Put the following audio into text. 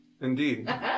Indeed